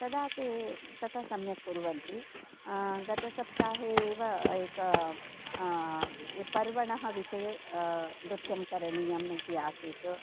तदा ते तथा सम्यक् कुर्वन्ति गतसप्ताहे एव एकः पर्वणः विषये नृत्यं करणीयम् इति आसीत्